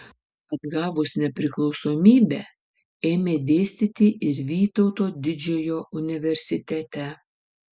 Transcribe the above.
atgavus nepriklausomybę ėmė dėstyti ir vytauto didžiojo universitete